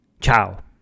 Ciao